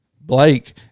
Blake